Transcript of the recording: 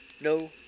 no